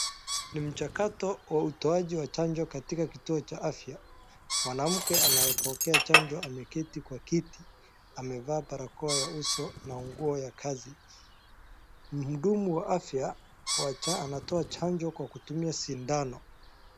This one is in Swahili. Ni mchakato wa utoaji wa chanjo katika kituo cha afya. Mwanamke anayepokea chanjo ameketi kwa kiti amevaa barakoa ya uso na nguo ya kazi. Mhudumu wa afya mmoja anatoa chanjo kwa kutumia sindano.